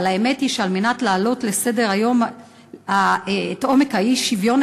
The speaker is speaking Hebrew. אבל האמת היא שעל מנת להעלות על סדר-היום את עומק האי-שוויון